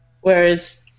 whereas